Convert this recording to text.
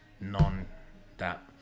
non-that